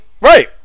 Right